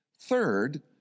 Third